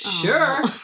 Sure